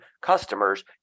customers